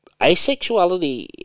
asexuality